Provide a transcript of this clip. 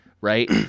Right